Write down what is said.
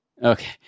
Okay